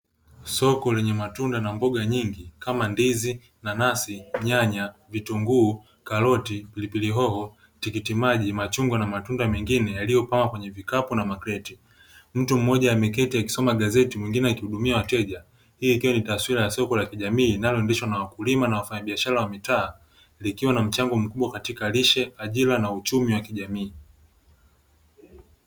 Soko lenye matunda na mboga nyingi kama: ndizi, nanasi, nyanya, vitunguu, karoti, pilipili hoho, tikiti maji, machungwa na matunda mengine yaliyopangwa kwenye vikapu na makreti. Mtu mmoja ameketi akisoma gazeti mwingine akihudumia wateja hii ikiwa ni taswira ya soko la kijamii linaloendeshwa na wakulima na wafanyabiashara wa mitaa likiwa na mchango mkubwa katika lishe, ajira na uchumi wa kijamii.